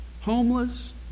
Homeless